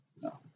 No